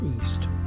East